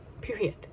period